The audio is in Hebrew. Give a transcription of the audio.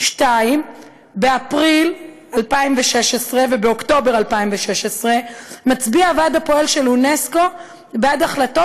2. באפריל 2016 ובאוקטובר 2016 מצביע הוועד הפועל של אונסק''ו בעד החלטות